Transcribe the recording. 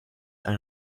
ein